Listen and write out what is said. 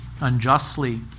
unjustly